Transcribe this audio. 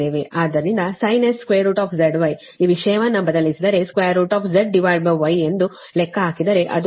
ಆದ್ದರಿಂದ sinh ZY ಈ ವಿಷಯವನ್ನು ಬದಲಿಸಿದರೆ ZY ಎಂದು ಲೆಕ್ಕ ಹಾಕಿದರೆ ಅದು 393 j 72